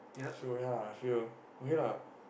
sure ya sure okay lah